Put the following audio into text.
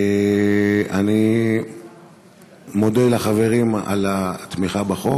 אני מודה לחברים על התמיכה בחוק.